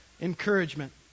encouragement